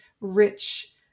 rich